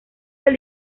del